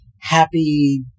happy